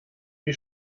wie